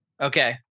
Okay